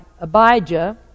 Abijah